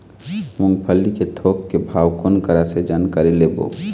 मूंगफली के थोक के भाव कोन करा से जानकारी लेबो?